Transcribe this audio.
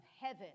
heaven